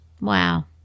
Wow